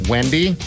Wendy